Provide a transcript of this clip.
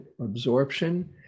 absorption